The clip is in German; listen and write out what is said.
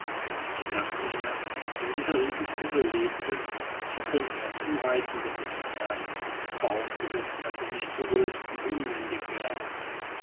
so dachte er wenn dieser riesenvogel lebte so könnte er zum reiten benützt werden vorausgesetzt daß er nicht zu wild und unbändig wäre